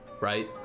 Right